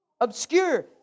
Obscure